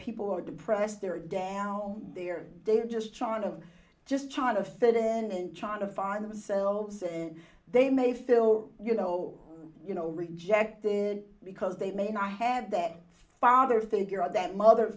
people are depressed they're down there they're just trying to just try to fit in trying to find themselves they may fill you know you know rejected because they may not have that father figure out that mother